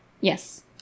Yes